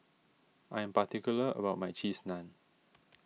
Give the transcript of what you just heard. I am particular about my Cheese Naan